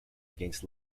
against